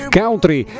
country